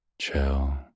Chill